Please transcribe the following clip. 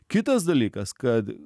kitas dalykas kad